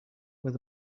with